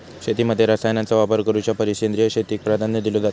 शेतीमध्ये रसायनांचा वापर करुच्या परिस सेंद्रिय शेतीक प्राधान्य दिलो जाता